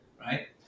right